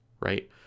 right